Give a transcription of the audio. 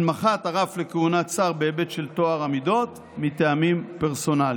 הנמכת הרף לכהונת שר בהיבט של טוהר המידות מטעמים פרסונליים.